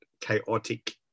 chaotic